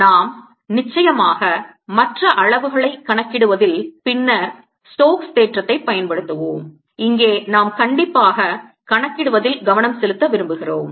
நாம் நிச்சயமாக மற்ற அளவுகளை கணக்கிடுவதில் பின்னர் ஸ்டோக்ஸ் தேற்றத்தைப் பயன்படுத்துவோம் இங்கே நாம் கண்டிப்பாக கணக்கிடுவதில் கவனம் செலுத்த விரும்புகிறோம்